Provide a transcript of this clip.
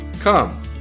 Come